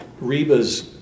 Reba's